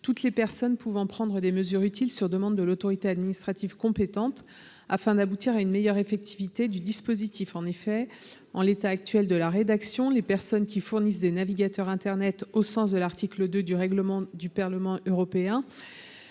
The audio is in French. toutes les personnes pouvant prendre des mesures utiles sur demande de l’autorité administrative compétente afin d’aboutir à une meilleure effectivité du dispositif. En l’état actuel de la rédaction, les personnes qui fournissent des navigateurs internet, au sens de l’article 2 du règlement du Parlement européen